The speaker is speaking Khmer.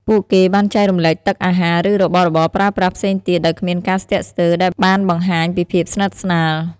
ពួកគេបានចែករំលែកទឹក អាហារ ឬរបស់របរប្រើប្រាស់ផ្សេងទៀតដោយគ្មានការស្ទាក់ស្ទើរ ដែលបានបង្ហាញពីភាពស្និទ្ធស្នាល។